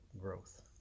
growth